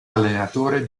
allenatore